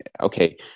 okay